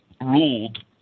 ruled